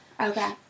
Okay